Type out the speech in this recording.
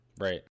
Right